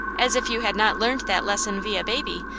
as if you had not learned that lesson vid baby!